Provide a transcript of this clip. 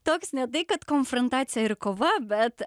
toks ne tai kad konfrontacija ir kova bet